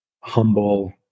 humble